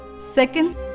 Second